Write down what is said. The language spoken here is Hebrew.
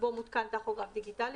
בו מותקן טכוגרף דיגיטלי,